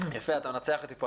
יפה, אתה מנצח אותי פה.